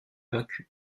vaincus